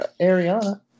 Ariana